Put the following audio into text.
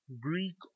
Greek